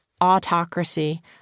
autocracy